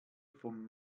vom